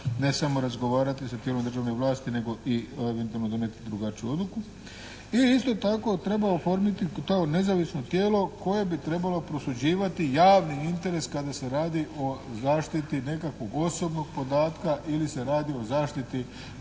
ne samo razgovarati sa tijelom državne vlasti nego i eventualno donijeti drugačiju odluku. I isto tako treba oformiti to nezavisno tijelo koje bi trebalo prosuđivati javni interes kada se radi o zaštiti nekakvog osobnog podatka, ili se radi o zaštiti tajnog